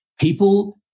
people